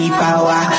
power